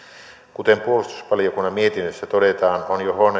kuten puolustusvaliokunnan mietinnössä todetaan on